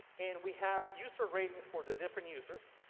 and we have user ratings for the different users.